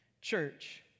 church